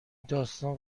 داستان